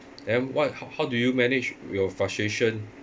and then what how how do you manage your frustration